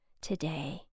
today